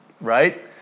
Right